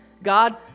God